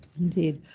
indeed,